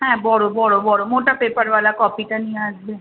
হ্যাঁ বড়ো বড়ো বড়ো মোটা পেপারওয়ালা কপিটা নিয়ে আসবে